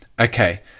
okay